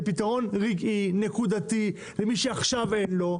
זה פתרון רגעי, נקודתי, למי שעכשיו אין לו.